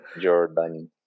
Jordan